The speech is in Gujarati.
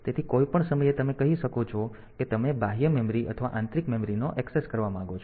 તેથી કોઈપણ સમયે તમે કહી શકો છો કે તમે બાહ્ય મેમરી અથવા આંતરિક મેમરીને ઍક્સેસ કરવા માંગો છો